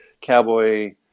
cowboy